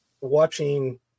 watching